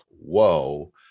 whoa